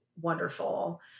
wonderful